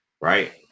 right